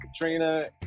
Katrina